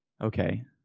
Okay